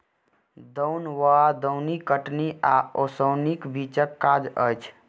दौन वा दौनी कटनी आ ओसौनीक बीचक काज अछि